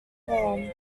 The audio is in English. horn